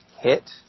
hit